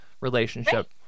relationship